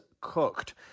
cooked